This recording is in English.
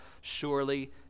surely